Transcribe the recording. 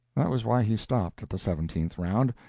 that was why he stopped at the seventeenth round,